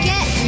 Get